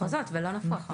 מחוזות ולא נפות.